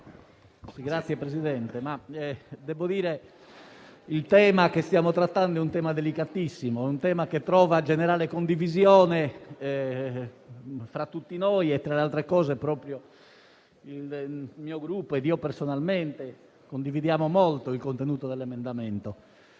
Signor Presidente, il tema che stiamo trattando è delicatissimo. Trova generale condivisione tra tutti noi e, tra le altre cose, proprio il mio Gruppo e io personalmente condividiamo molto il contenuto dell'emendamento.